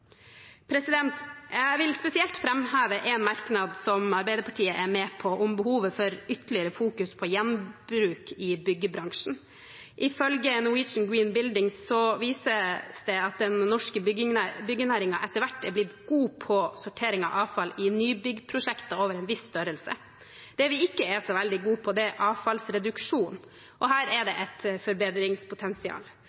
Jeg vil spesielt framheve en merknad som Arbeiderpartiet er med på, om behovet for ytterligere fokusering på gjenbruk i byggebransjen. Ifølge Norwegian Green Building Council viser det seg at den norske byggenæringen etter hvert har blitt god på sortering av avfall i nybygg-prosjekter over en viss størrelse. Det vi ikke er så veldig gode på, er avfallsreduksjon, og her er